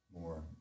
more